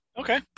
Okay